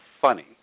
funny